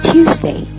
Tuesday